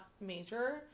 major